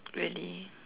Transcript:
really